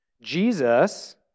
Jesus